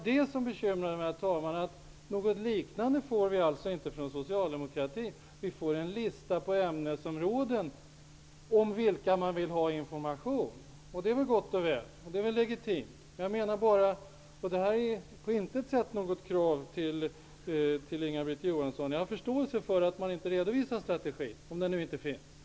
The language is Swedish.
Det som bekymrade mig är att vi inte får något liknande från socialdemokratin. Vi får en lista på ämnesområden där man vill ha information. Det är gott och väl och legitimt. Jag riktar inget krav mot Inga-Britt Johansson. Jag har förståelse för att man inte redovisar sin strategi -- om den nu inte finns.